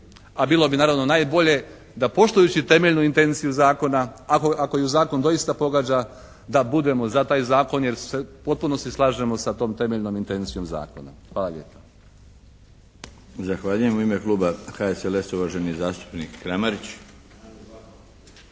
A bilo bi naravno najbolje da poštujući temeljnu intenciju zakona ako ju zakon doista pogađa da budemo za taj zakon jer potpuno se slažemo sa tom temeljnom intencijom zakona. Hvala lijepa.